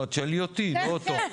לא, אז תשאלי אותי, לא אותו.